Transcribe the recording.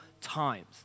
times